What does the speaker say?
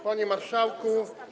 Panie Marszałku!